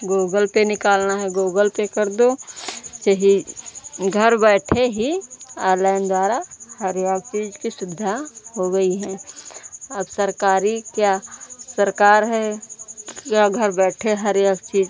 Google Pay निकालना है Google Pay कर दो चाहे घर बैठे ही ऑनलाइन द्वारा हर एक चीज़ की सुविधा हो गई है अब सरकारी क्या सरकार है क्या घर बैठे हर एक चीज़